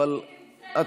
אני נמצאת אבל מוותרת.